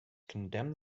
condemned